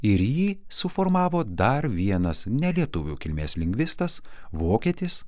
ir jį suformavo dar vienas nelietuvių kilmės lingvistas vokietis